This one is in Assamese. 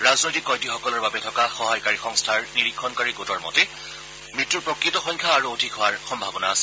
ৰাজনৈতিক কয়দীসকলৰ বাবে থকা সহায়কাৰী সংস্থাৰ নিৰীক্ষণকাৰী গোটৰ মতে মৃত্যুৰ প্ৰকৃত সংখ্যা আৰু অধিক হোৱাৰ সম্ভাৱনা আছে